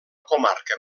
comarca